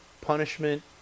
punishment